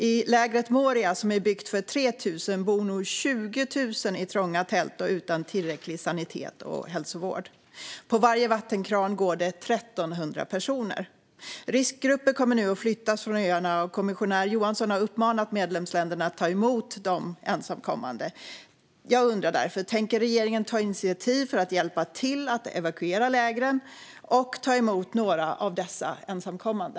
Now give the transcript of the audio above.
I lägret Moria, som är byggt för 3 000, bor nu 20 000 i trånga tält utan tillräcklig sanitet och hälsovård. På varje vattenkran går det 1 300 personer. Riskgrupper kommer nu att flyttas från öarna. Kommissionär Johansson har uppmanat medlemsländerna att ta emot de ensamkommande. Jag undrar därför: Tänker regeringen ta initiativ till att hjälpa till att evakuera lägren och ta emot några av dessa ensamkommande?